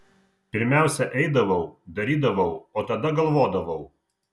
pirmiausia eidavau darydavau o tada galvodavau